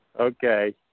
Okay